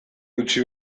utzi